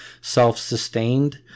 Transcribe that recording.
self-sustained